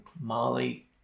Molly